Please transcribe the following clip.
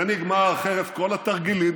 זה נגמר חרף כל התרגילים,